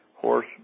Horse